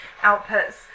outputs